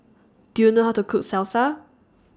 Do YOU know How to Cook Salsa